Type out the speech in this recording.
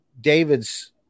David's